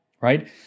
right